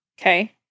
Okay